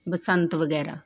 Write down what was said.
ਬਸੰਤ ਵਗੈਰਾ